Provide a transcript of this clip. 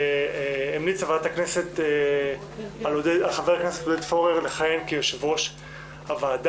המליצה ועדת הכנסת את חבר הכנסת עודד פורר לכהן כיושב-ראש הוועדה,